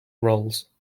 roles